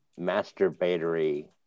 masturbatory